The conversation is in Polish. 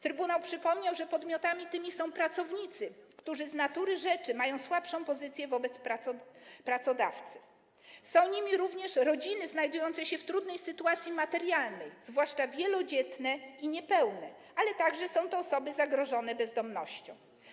Trybunał przypomniał, że podmiotami tymi są pracownicy, którzy z natury rzeczy mają słabszą pozycję wobec pracodawcy, rodziny znajdujące się w trudnej sytuacji materialnej, zwłaszcza wielodzietne i niepełne, a także osoby zagrożone bezdomnością.